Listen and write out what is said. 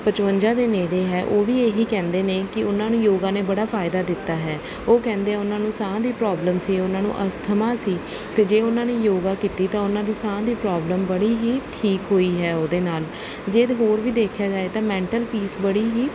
ਪਚਵੰਜਾ ਦੇ ਨੇੜੇ ਹੈ ਉਹ ਵੀ ਇਹ ਹੀ ਕਹਿੰਦੇ ਨੇ ਕਿ ਉਹਨਾਂ ਨੂੰ ਯੋਗਾ ਨੇ ਬੜਾ ਫ਼ਾਇਦਾ ਦਿੱਤਾ ਹੈ ਉਹ ਕਹਿੰਦੇ ਆ ਉਹਨਾਂ ਨੂੰ ਸਾਹ ਦੀ ਪ੍ਰੋਬਲਮ ਸੀ ਉਹਨਾਂ ਨੂੰ ਅਸਥਮਾ ਸੀ ਅਤੇ ਜੇ ਉਹਨਾਂ ਨੇ ਯੋਗਾ ਕੀਤੀ ਤਾਂ ਉਹਨਾਂ ਦੀ ਸਾਹ ਦੀ ਪ੍ਰੋਬਲਮ ਬੜੀ ਹੀ ਠੀਕ ਹੋਈ ਹੈ ਉਹਦੇ ਨਾਲ ਜੇ ਹੋਰ ਵੀ ਦੇਖਿਆ ਜਾਵੇ ਤਾਂ ਮੈਂਟਲ ਪੀਸ ਬੜੀ ਹੀ